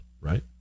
right